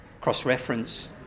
cross-reference